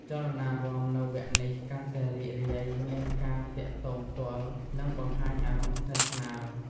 ចលនារាំនៅវគ្គនេះកាន់តែរីករាយ មានការទាក់ទងផ្ទាល់ និងបង្ហាញអារម្មណ៍ស្និទ្ធស្នាល។